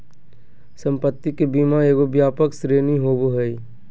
संपत्ति के बीमा एगो व्यापक श्रेणी होबो हइ